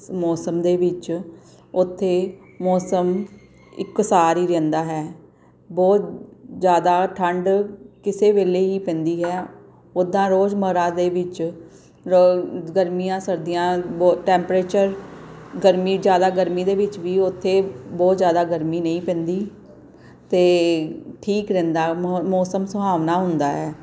ਮੌਸਮ ਦੇ ਵਿੱਚ ਉੱਥੇ ਮੌਸਮ ਇੱਕ ਸਾਰ ਹੀ ਰਹਿੰਦਾ ਹੈ ਬਹੁਤ ਜ਼ਿਆਦਾ ਠੰਡ ਕਿਸੇ ਵੇਲੇ ਹੀ ਪੈਂਦੀ ਹੈ ਉੱਦਾਂ ਰੋਜ਼ ਮਰਾ ਦੇ ਵਿੱਚ ਗਰਮੀਆਂ ਸਰਦੀਆਂ ਟੈਂਪਰੇਚਰ ਗਰਮੀ ਜ਼ਿਆਦਾ ਗਰਮੀ ਦੇ ਵਿੱਚ ਵੀ ਉੱਥੇ ਬਹੁਤ ਜ਼ਿਆਦਾ ਗਰਮੀ ਨਹੀਂ ਪੈਂਦੀ ਅਤੇ ਠੀਕ ਰਹਿੰਦਾ ਮੌ ਮੌਸਮ ਸੁਹਾਵਨਾ ਹੁੰਦਾ ਹੈ